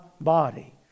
body